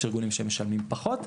יש ארגונים שמשלמים פחות.